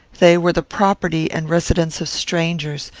they were the property and residence of strangers,